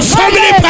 family